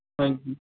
ਹਾਂਜੀ